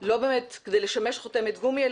לא באמת כדי לשמש חותמת גומי,